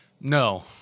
No